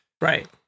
Right